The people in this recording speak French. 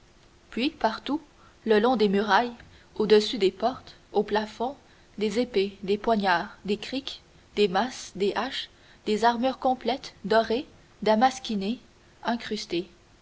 puis partout le long des murailles au-dessus des portes au plafond des épées des poignards des criks des masses des haches des armures complètes dorées damasquinées incrustées